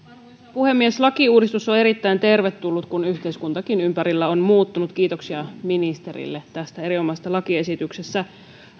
puhemies lakiuudistus on erittäin tervetullut kun yhteiskuntakin ympärillä on muuttunut kiitoksia ministerille tästä erinomaisesta lakiesityksestä